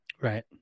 right